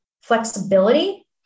flexibility